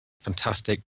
fantastic